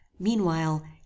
meanwhile